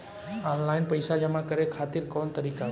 Online पइसा जमा करे खातिर कवन तरीका बा?